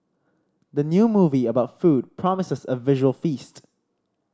the new movie about food promises a visual feast